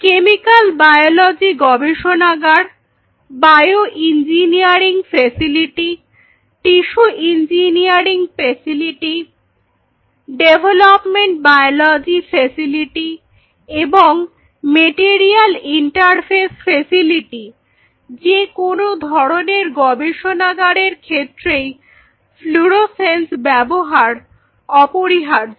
chemical biology গবেষণাগার bio engineering facility tissue engineering facility development biology facility বা material interface facility যেকোনো ধরনের গবেষণাগারের ক্ষেত্রেই ফ্লোরোসেন্স ব্যবহার অপরিহার্য